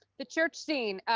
the church scene.